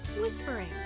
whispering